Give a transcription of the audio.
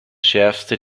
schärfste